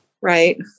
right